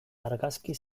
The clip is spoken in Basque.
argazki